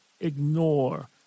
ignore